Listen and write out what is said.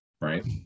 right